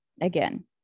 again